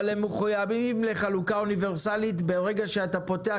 אבל הם מחויבים לחלוקה אוניברסלית כאשר אתה פותח